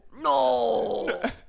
No